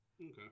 okay